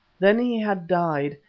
then he had died,